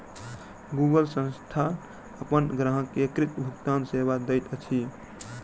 Google संस्थान अपन ग्राहक के एकीकृत भुगतान सेवा दैत अछि